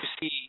see